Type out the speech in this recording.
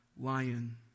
lion